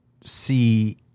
see